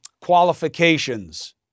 qualifications